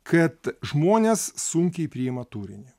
kad žmonės sunkiai priima turinį